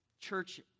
church